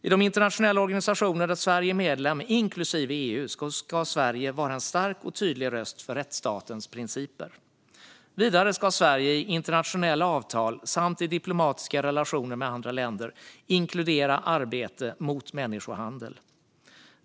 I de internationella organisationer där Sverige är medlem, inklusive EU, ska Sverige vara en stark och tydlig röst för rättsstatens principer. Vidare ska Sverige i internationella avtal samt i diplomatiska relationer med andra länder inkludera arbete mot människohandel.